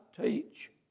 teach